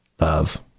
Love